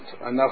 enough